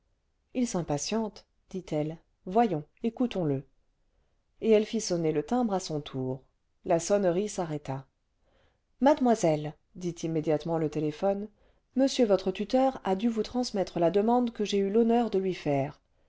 il s'impatiente dit-elle voyons écoutons le et elle fit sonner le timbre à son tour la sonnerie s'arrêta mademoiselle dit immédiatement le téléphone monsieur votre l tuteur vingtième siècle tuteur a dû vous transmettre la demande que j'ai eu l'honneur de lui faire